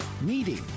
meeting